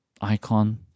icon